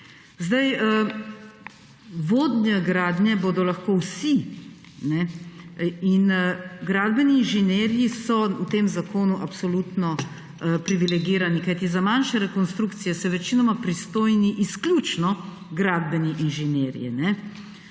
Vodje gradnje bodo lahko vsi in gradbeni inženirji so v tem zakonu absolutno privilegirani, kajti za manjše rekonstrukcije so večinoma pristojni izključno gradbeni inženirji.